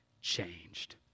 changed